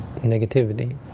negativity